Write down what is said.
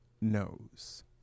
knows